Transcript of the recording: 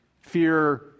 fear